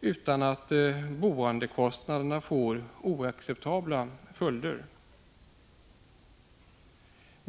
utan oacceptabla följder för boendekostnaderna.